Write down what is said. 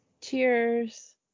Cheers